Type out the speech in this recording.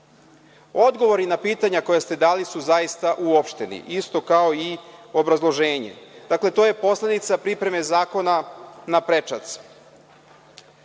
budžetu. Odgovori na pitanja koja ste dali su, zaista uopšteni, isto kao i obrazloženje. Dakle, to je posledica pripreme zakona na